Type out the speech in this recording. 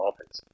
offense